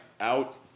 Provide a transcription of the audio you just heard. Out